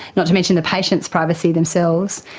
not to mention the patients' privacy themselves.